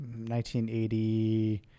1980